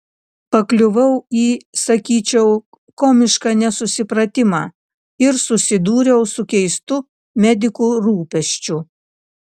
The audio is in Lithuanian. pakliuvau į sakyčiau komišką nesusipratimą ir susidūriau su keistu medikų rūpesčiu